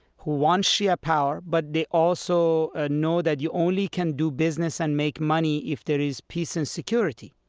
who want shia power. but they also ah know that you only can do business and make money if there is peace and security,